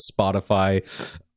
Spotify